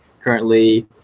currently